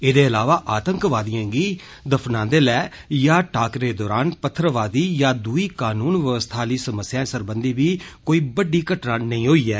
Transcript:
एह्दे इलावा आतंकवादिएं गी दफनांदे लै जां टाकरे दरान पत्थरबाजी जां दूई कनून व्यवस्था आली समस्याएं सरबंधी बी कोई बड्डी घटना नेई होई ऐ